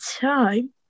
time